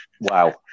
wow